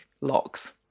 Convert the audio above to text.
locks